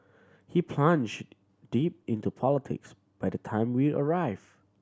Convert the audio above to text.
he plunged deep into politics by the time we arrived